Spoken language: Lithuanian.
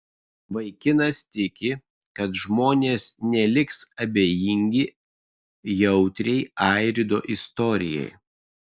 vaikinas tiki kad žmonės neliks abejingi jautriai airido istorijai